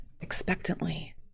expectantly